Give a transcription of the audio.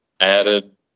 added